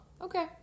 Okay